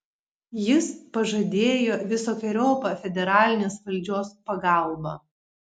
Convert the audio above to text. jis pažadėjo visokeriopą federalinės valdžios pagalbą